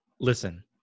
Listen